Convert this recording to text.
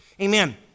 amen